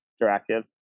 directive